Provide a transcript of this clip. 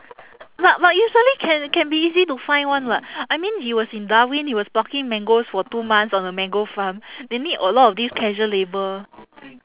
but but you suddenly can can be easy to find [one] [what] I mean he was in darwin he was plucking mangoes for two months on a mango farm they need a lot of these casual labour